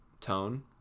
tone